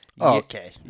Okay